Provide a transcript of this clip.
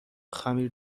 خمیر